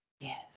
Yes